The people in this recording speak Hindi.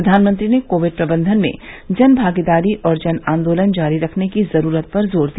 प्रधानमंत्री ने कोविड प्रबंधन में जन भागीदारी और जन आंदोलन जारी रखने की जरूरत पर जोर दिया